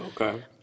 Okay